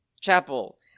Chapel